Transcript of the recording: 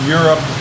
Europe